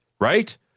right